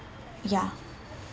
ya